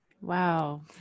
Wow